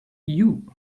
you